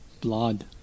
Blood